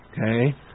Okay